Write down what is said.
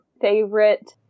favorite